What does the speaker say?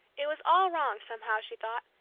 it was all wrong, somehow, she thought,